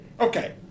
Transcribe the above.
Okay